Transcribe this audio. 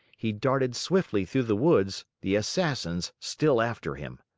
he darted swiftly through the woods, the assassins still after him.